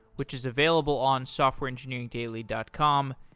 which is available on softwareengineeringdaily dot com.